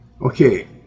Okay